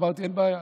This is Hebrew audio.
אמרתי: אין בעיה.